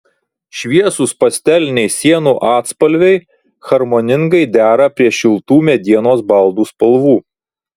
šviesūs pasteliniai sienų atspalviai harmoningai dera prie šiltų medienos baldų spalvų